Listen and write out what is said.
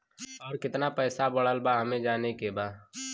और कितना पैसा बढ़ल बा हमे जाने के बा?